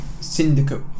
syndicate